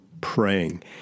praying